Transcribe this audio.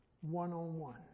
one-on-one